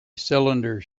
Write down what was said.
cylinder